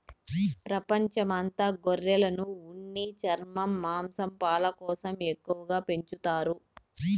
ప్రపంచం అంత గొర్రెలను ఉన్ని, చర్మం, మాంసం, పాలు కోసం ఎక్కువగా పెంచుతారు